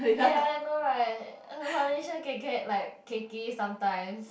ya I know right the foundation can get like cakey sometimes